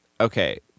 Okay